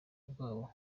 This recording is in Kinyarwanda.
bwabo